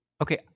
Okay